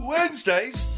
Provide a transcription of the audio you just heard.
Wednesdays